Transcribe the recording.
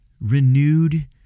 renewed